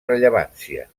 rellevància